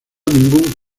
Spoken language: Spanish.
ningún